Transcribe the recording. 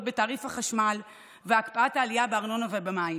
בתעריף החשמל והקפאת העלייה בארנונה ובמים.